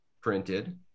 printed